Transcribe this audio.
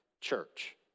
church